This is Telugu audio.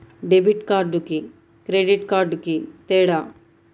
డెబిట్ కార్డుకి క్రెడిట్ కార్డుకి తేడా?